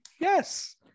Yes